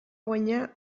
guanyar